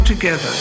together